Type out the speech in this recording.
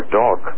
dog